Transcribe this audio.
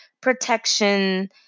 protection